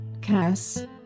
Cass